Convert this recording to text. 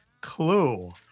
Clue